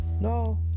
No